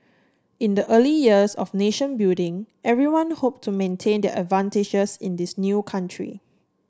in the early years of nation building everyone hoped to maintain their advantages in this new country